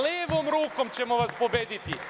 Levom rukom ćemo vas pobediti.